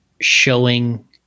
showing